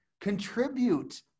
Contribute